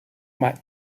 mark